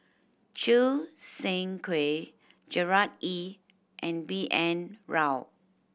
Choo Seng Quee Gerard Ee and B N Rao